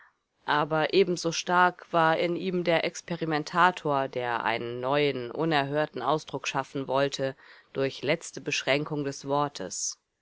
aber ebenso stark war in ihm der experimentator der einen neuen unerhörten ausdruck schaffen wollte durch letzte beschränkung des wortes